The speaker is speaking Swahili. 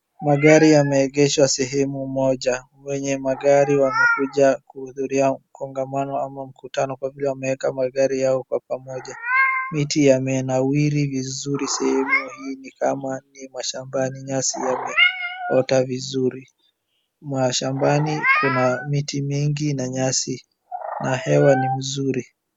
Magari yameegeshwa sehemu moja. Wenye magari wamekuja kuhudhuria kongamano ama mkutano kwa vile wameeka magari yao kwa pamoja. Miti yamenawiri vizuri sehemu hii ni kama ni mashambani, nyasi yameota vizuri. Mashambani kuna miti mingi na nyasi na hewa ni mzuri.